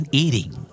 eating